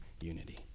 unity